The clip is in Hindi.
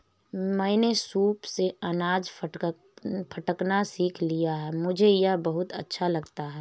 मैंने सूप से अनाज फटकना सीख लिया है मुझे यह बहुत अच्छा लगता है